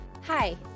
Hi